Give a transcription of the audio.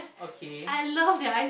okay